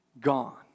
gone